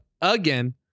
again